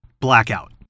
blackout